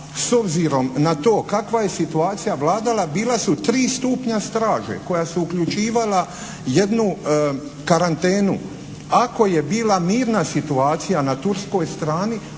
s obzirom na to kakva je situacija vladala, bila su tri stupnja straže koja su uključivala jednu karantenu. Ako je bila mirna situacija na turskoj strani,